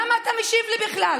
למה אתה משיב לי בכלל?